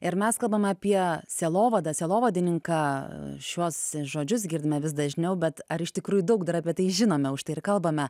ir mes kalbam apie sielovadą sielovadininką šiuos žodžius girdime vis dažniau bet ar iš tikrųjų daug dar apie tai žinome užtai ir kalbame